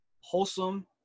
wholesome